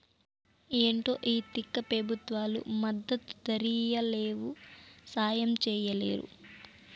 ఏంటో ఈ తిక్క పెబుత్వాలు మద్దతు ధరియ్యలేవు, సాయం చెయ్యలేరు